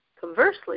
conversely